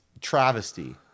travesty